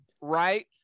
right